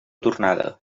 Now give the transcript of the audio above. tornada